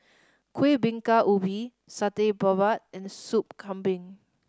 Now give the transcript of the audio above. Kuih Bingka Ubi Satay Babat and Soup Kambing